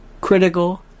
critical